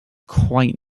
quite